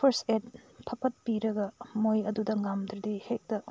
first ꯑꯦꯠ ꯐꯠ ꯐꯠ ꯄꯤꯔꯒ ꯃꯣꯏ ꯑꯗꯨꯗ ꯉꯝꯗ꯭ꯔꯗꯤ ꯍꯦꯛꯇ